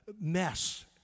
mess